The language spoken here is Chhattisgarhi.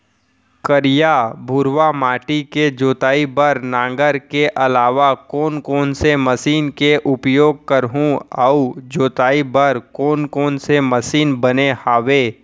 करिया, भुरवा माटी के जोताई बर नांगर के अलावा कोन कोन से मशीन के उपयोग करहुं अऊ जोताई बर कोन कोन से मशीन बने हावे?